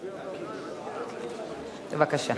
בבקשה.